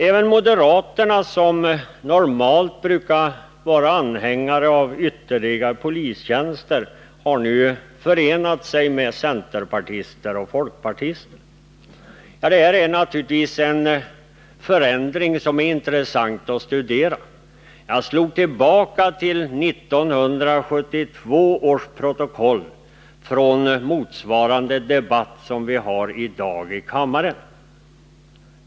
Även moderaterna, som normalt brukar vara anhängare av ytterligare polistjänster, har nu förenat sig med centerpartister och folkpartister. Detta är en förändring som är intressant att studera. Jag gick tillbaka till 1972 års protokoll från den debatt som motsvarar den vi har i dag i kammaren.